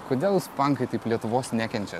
kodėl jūs pankai taip lietuvos nekenčia